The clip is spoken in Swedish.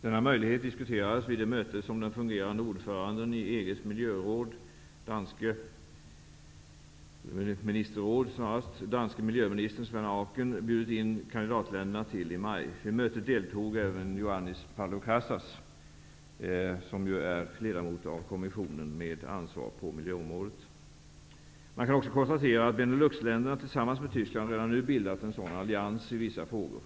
Denna möjlighet diskuterades vid det möte som den fungerande ordföranden i EG:s ministerråd, danske miljöministern Svend Auken, bjudit in kandidatländerna till i maj. Vid mötet deltog även Man kan också konstatera att Beneluxländerna tillsammans med Tyskland redan nu bildat en sådan allians i vissa frågor.